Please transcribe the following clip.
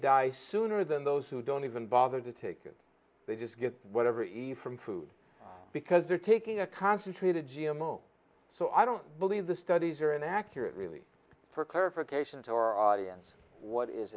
die sooner than those who don't even bother to take it they just get whatever you need from food because they're taking a concentrated g m o so i don't believe the studies are inaccurate really for clarification to our audience what is